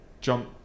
jump